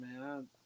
man